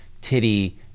titty